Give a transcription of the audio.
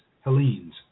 Hellenes